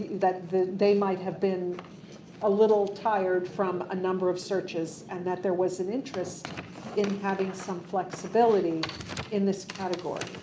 that they might have been a little tired from a number of searches and that there was and interest in having some flexibility in this category.